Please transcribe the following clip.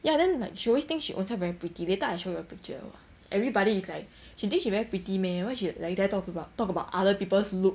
ya then like she always think she ownself very pretty later I show you a picture everybody is like she think she very pretty meh why she like dare talk about talk about other people's look